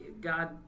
God